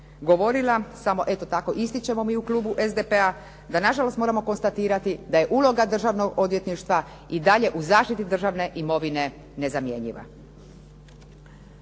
govorila, samo eto tako ističemo mi u klubu SDP-a da nažalost moramo konstatirati da je uloga državnog odvjetništva i dalje u zaštiti državne imovine nezamjenjiva.